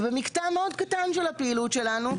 ובמקטע מאוד קטן של הפעילות שלנו,